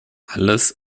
alles